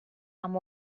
amb